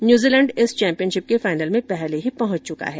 New Zealand इस championship के final में पहले ही पहुंच चुका है